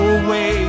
away